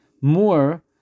more